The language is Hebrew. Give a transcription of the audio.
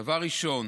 דבר ראשון.